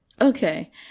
Okay